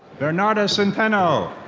bernada centeno.